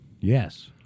Yes